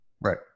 Right